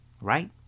right